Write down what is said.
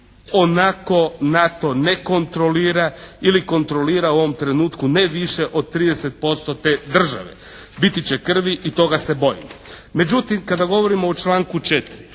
onako NATO ne kontrolira ili kontrolira u ovom trenutku ne više od 30% te države. Biti će krvi i toga se bojim. Međutim, kada govorimo o članku 4.